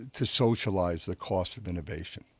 to socialize the cost of innovation.